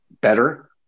better